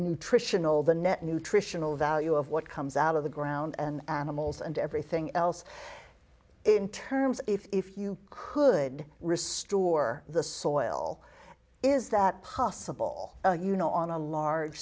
nutritional the net nutritional value of what comes out of the ground and animals and everything else in terms if you could restore the soil is that possible you know on a large